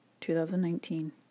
2019